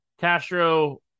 Castro